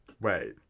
Wait